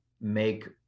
make